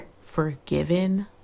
forgiven